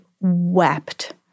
wept